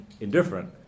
indifferent